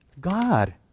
God